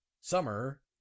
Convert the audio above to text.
summer